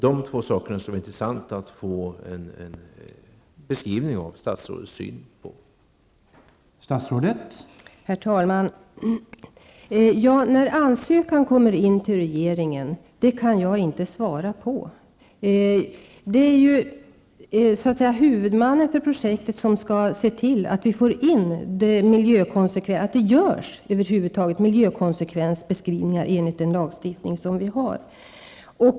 Det skulle vara intressant att få en beskrivning av statsrådets syn när det gäller dessa två frågor.